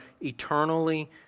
eternally